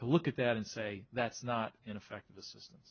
to look at that and say that's not an effect of the system